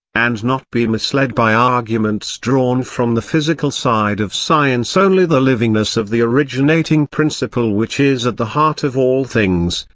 and not be misled by arguments drawn from the physical side of science only the livingness of the originating principle which is at the heart of all things,